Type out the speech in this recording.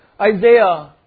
Isaiah